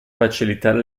facilitare